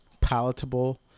palatable